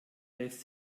lässt